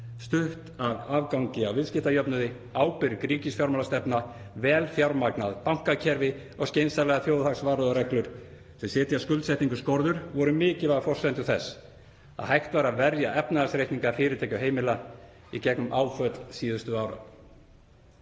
studd af afgangi af viðskiptajöfnuði, ábyrg ríkisfjármálastefna, vel fjármagnað bankakerfi og skynsamlegar þjóðhagsvarúðarreglur sem setja skuldsetningu skorður voru mikilvægar forsendur þess að hægt var að verja efnahagsreikninga fyrirtækja og heimila í gegnum áföll síðustu ára.